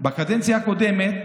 בקדנציה הקודמת.